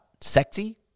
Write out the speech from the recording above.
sexy